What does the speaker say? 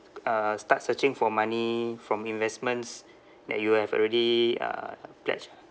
uh start searching for money from investments that you have already uh pledged